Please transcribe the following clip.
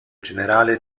generale